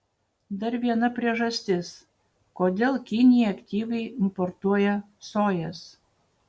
dar viena priežastis kodėl kinija aktyviai importuoja sojas